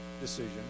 decision